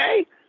okay